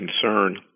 concern